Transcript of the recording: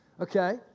okay